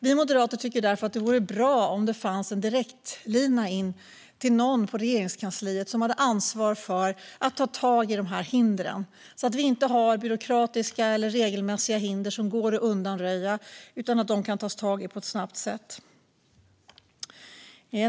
Vi moderater tycker därför att det vore bra om det fanns en direktlina in till någon på Regeringskansliet som har ansvar för att ta tag i dessa hinder, så att vi inte har byråkratiska eller regelmässiga hinder som går att undanröja utan man snabbt kan ta tag i dessa.